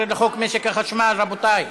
14 לחוק משק החשמל, רבותי.